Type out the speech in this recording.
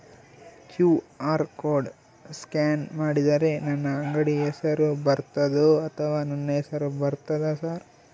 QR code scan ಮಾಡಿದರೆ ನನ್ನ ಅಂಗಡಿ ಹೆಸರು ಬರ್ತದೋ ಅಥವಾ ನನ್ನ ಹೆಸರು ಬರ್ತದ ಸರ್?